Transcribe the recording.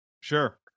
Sure